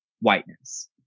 whiteness